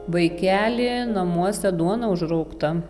vaikeli namuose duona užraugta